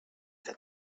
that